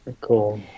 cool